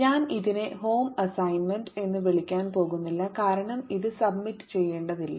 ഞാൻ ഇതിനെ home assignment എന്ന് വിളിക്കാൻ പോകുന്നില്ല കാരണം ഇത് സുബ്മിറ്റ് ചെയ്യേണ്ടതില്ല